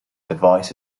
device